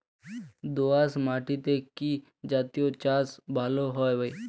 দোয়াশ মাটিতে কি জাতীয় চাষ ভালো হবে?